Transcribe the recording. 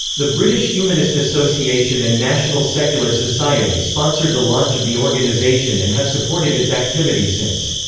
the british humanist association and national secular society sponsored the launch of the organisation and have supported its activities since.